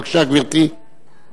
בבקשה, גברתי.